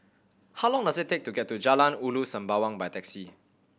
how long does it take to get to Jalan Ulu Sembawang by taxi